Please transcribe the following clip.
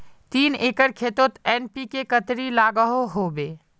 तीन एकर खेतोत एन.पी.के कतेरी लागोहो होबे?